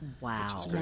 Wow